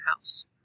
house